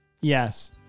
yes